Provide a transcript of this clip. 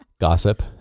gossip